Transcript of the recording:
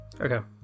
Okay